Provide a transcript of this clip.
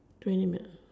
twenty minutes